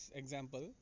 example